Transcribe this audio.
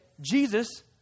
Jesus